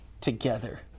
together